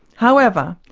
however,